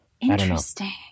interesting